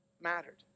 mattered